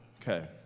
Okay